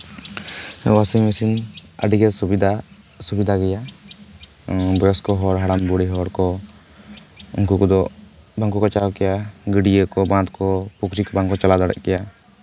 washing machine ᱟᱹᱰᱤᱜᱮ ᱥᱩᱵᱤᱫᱷᱟ ᱚᱥᱩᱵᱤᱫᱷᱟ ᱜᱮᱭᱟ ᱵᱚᱭᱚᱥᱠᱚ ᱦᱚᱲ ᱦᱟᱲᱟᱢ ᱵᱩᱲᱦᱤ ᱦᱚᱲ ᱠᱚ ᱩᱱᱠᱩ ᱠᱚᱫᱚ ᱵᱟᱝ ᱠᱚ ᱠᱟᱸᱪᱟᱣ ᱠᱮᱭᱟ ᱜᱟᱹᱰᱭᱟᱹ ᱠᱚ ᱵᱟᱸᱫᱷ ᱠᱚ ᱯᱩᱠᱷᱨᱤ ᱠᱚ ᱵᱟᱝ ᱠᱚ ᱪᱟᱞᱟᱣ ᱫᱟᱲᱮᱭᱟᱜ ᱜᱮᱭᱟ